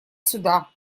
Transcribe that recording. сюда